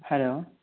hello